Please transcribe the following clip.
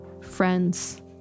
friends